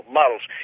models